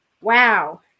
Wow